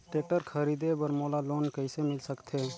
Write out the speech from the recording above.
Tractor खरीदे बर मोला लोन कइसे मिल सकथे?